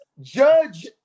judge –